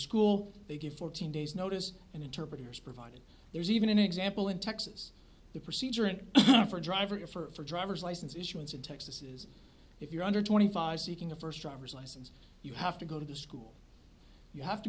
school they give fourteen days notice and interpreters provided there's even an example in texas the procedure and for a driver for a driver's license issuance in texas is if you're under twenty five seeking a first driver's license you have to go to school you have to